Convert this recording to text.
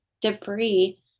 debris